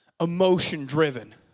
Emotion-driven